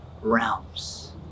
realms